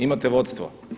Imate vodstvo?